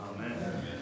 Amen